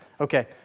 Okay